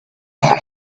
leslie